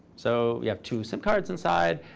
so you have two sim cards inside,